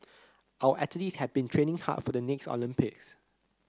our athletes have been training hard for the next Olympics